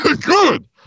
Good